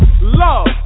love